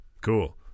Cool